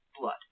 blood